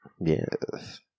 Yes